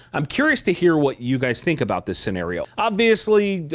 i'm curious to hear what you guys think about this scenario. obviously,